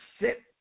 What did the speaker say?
sit